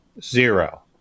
zero